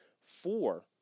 four